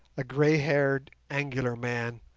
a grey-haired, angular man,